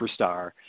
Superstar